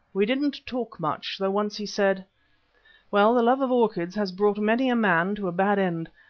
we didn't talk much, though once he said well, the love of orchids has brought many a man to a bad end.